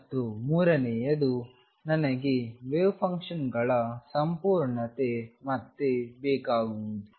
ಮತ್ತು ಮೂರನೆಯದು ನನಗೆ ವೇವ್ ಫಂಕ್ಷನ್ಗಳ ಸಂಪೂರ್ಣತೆ ಮತ್ತೆ ಬೇಕಾಗುವುದು